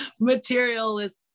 materialist